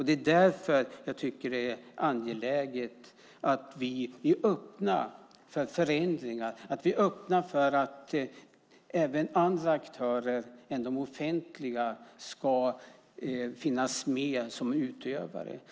Därför tycker jag att det är angeläget att vi är öppna för förändringar och för att även andra aktörer än de offentliga ska finnas med som utövare.